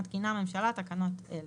מתקינה הממשלה תקנות אלה: